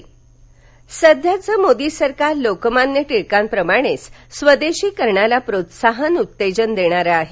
टिळक पण्यतिथी सध्याचे मोदी सरकार लोकमान्य टिळकांप्रमाणेच स्वदेशीकरणाला प्रोत्साहन उत्तेजन देणारं आहे